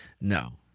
No